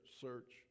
search